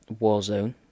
Warzone